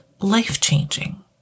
life-changing